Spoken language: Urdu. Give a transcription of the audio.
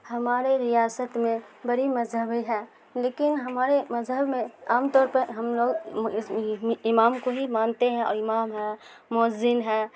ہمارے ریاست میں بڑی مذہبی ہے لیکن ہمارے مذہب میں عام طور پر ہم لوگ امام کو ہی مانتے ہیں اور امام ہے مؤذن ہے